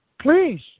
Please